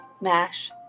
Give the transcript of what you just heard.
Mash